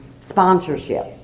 sponsorship